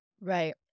Right